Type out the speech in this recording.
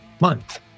month